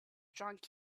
drunk